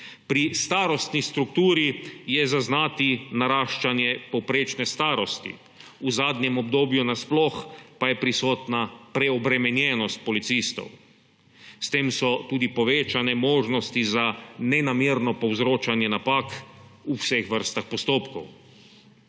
Pri starostni strukturi je zaznati naraščanje povprečne starosti. V zadnjem obdobju nasploh pa je prisotna preobremenjenost policistov. S tem so tudi povečane možnosti za nenamerno povzročanje napak v vseh vrstah postopkov.